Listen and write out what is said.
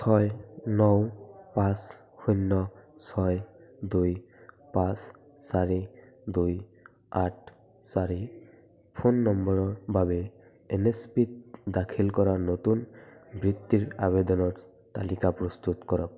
ছয় নও পাঁচ শূন্য ছয় দুই পাঁচ চাৰি দুই আঠ চাৰি ফোন নম্বৰৰ বাবে এন এছ পিত দাখিল কৰা নতুন বৃত্তিৰ আবেদনৰ তালিকা প্ৰস্তুত কৰক